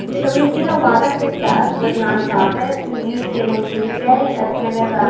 so we've seen a lot of success with nonprofits to use givingtuesday as kind of